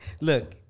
look